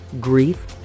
grief